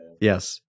Yes